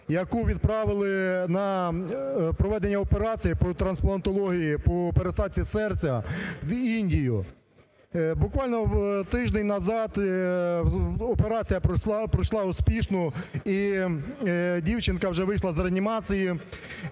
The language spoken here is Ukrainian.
яку відправили на проведення операції по трансплантології, по пересадці серця в Індію. Буквально тиждень назад операція пройшла успішно і дівчинка вже вийшла з реанімації,